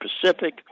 Pacific